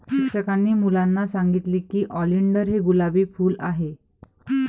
शिक्षकांनी मुलांना सांगितले की ऑलिंडर हे गुलाबी फूल आहे